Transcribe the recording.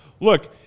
look